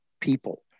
people